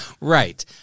Right